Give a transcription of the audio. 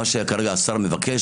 מה שכרגע השר מבקש,